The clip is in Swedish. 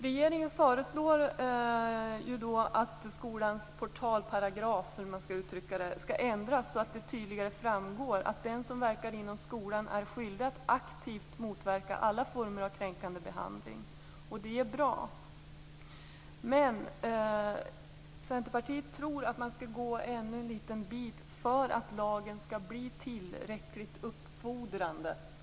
Regeringen föreslår att skollagens portalparagraf skall ändras så, att det tydligt framgår att den som verkar inom skolan är skyldig att aktivt motverka alla former av kränkande behandling. Det är bra, men Centerpartiet anser att man skall gå ännu ett stycke längre för att lagen skall bli tillräckligt uppfordrande.